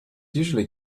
usually